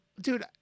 dude